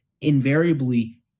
invariably